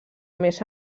més